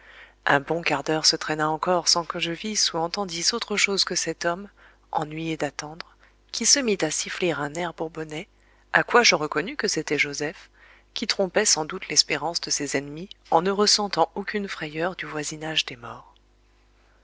un bon quart d'heure se traîna encore sans que je visse ou entendisse autre chose que cet homme ennuyé d'attendre qui se mit à siffler un air bourbonnais à quoi je reconnus que c'était joseph qui trompait sans doute l'espérance de ses ennemis en ne ressentant aucune frayeur du voisinage des morts